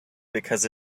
because